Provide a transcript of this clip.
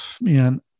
man